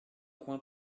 coin